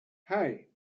hei